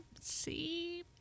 See